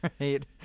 Right